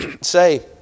say